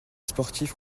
sportifs